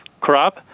crop